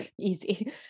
easy